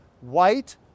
white